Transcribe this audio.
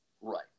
Right